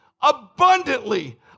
abundantly